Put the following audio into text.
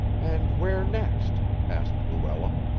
and where next? asked luella.